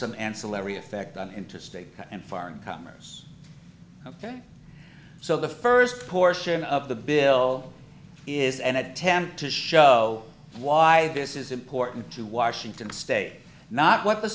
some ancillary effect on interstate and foreign commerce ok so the first portion of the bill is an attempt to show why this is important to washington state not what the